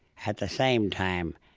at the same time,